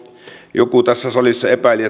joku tässä salissa epäili